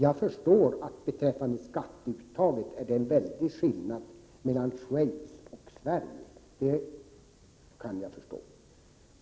Jag förstår att det är stora skillnader mellan Schweiz och Sverige beträffande skatteuttaget.